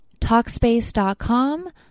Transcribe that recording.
talkspace.com